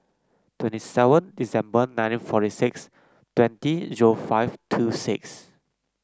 twenty seven December nineteen forty six twenty zero five two six